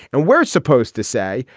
and we're supposed to say,